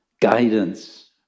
guidance